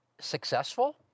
successful –